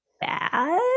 bad